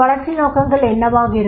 வளர்ச்சி நோக்கங்கள் என்னவாக இருக்கும்